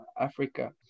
Africa